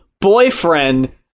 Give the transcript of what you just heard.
boyfriend